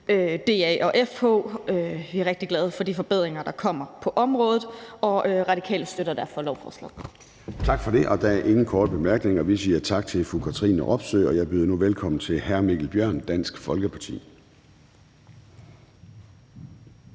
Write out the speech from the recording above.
DA og FH. Vi er rigtig glade for de forbedringer, der kommer på området, og Radikale støtter derfor lovforslaget. Kl. 11:21 Formanden (Søren Gade): Tak for det. Der er ingen korte bemærkninger. Vi siger tak til fru Katrine Robsøe, og jeg byder nu velkommen til hr. Mikkel Bjørn, Dansk Folkeparti.